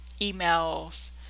emails